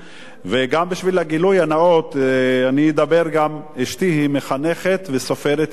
וגם לשם הגילוי הנאות: אשתי היא מחנכת וסופרת ילדים,